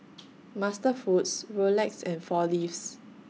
MasterFoods Rolex and four Leaves